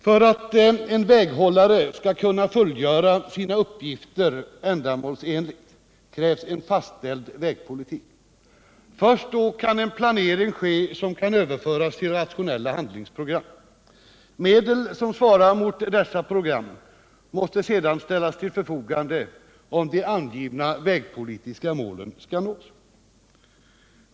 För att en väghållare skall kunna fullgöra sina uppgifter ändamålsenligt krävs en fastställd vägpolitik. Först då kan en planering ske som kan överföras till rationella handlingsprogram. Medel, som svarar mot dessa program, måste sedan ställas till förfogande, om de angivna vägpolitiska målen skall nås.